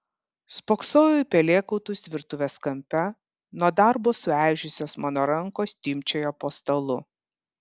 spoksojau į pelėkautus virtuves kampe nuo darbo sueižėjusios mano rankos timpčiojo po stalu